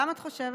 למה את חושבת?